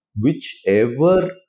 whichever